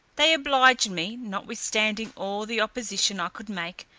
they obliged me, notwithstanding all the opposition i could make,